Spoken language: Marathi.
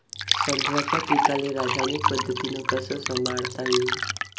संत्र्याच्या पीकाले रासायनिक पद्धतीनं कस संभाळता येईन?